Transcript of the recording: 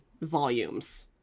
volumes